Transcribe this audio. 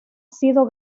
sido